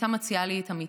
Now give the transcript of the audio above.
הייתה מציעה לי את המיטה.